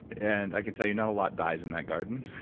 and i can tell you not a lot dies in that garden.